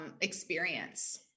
experience